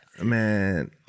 Man